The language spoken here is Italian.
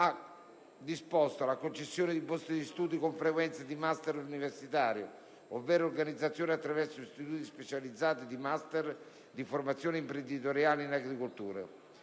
ha disposto: la concessione di borse di studio per frequenza di *master* universitari, ovvero organizzazione attraverso istituti specializzati di *master* di formazione imprenditoriale in agricoltura;